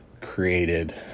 created